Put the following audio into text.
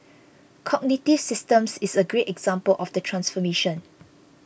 Cognitive Systems is a great example of the transformation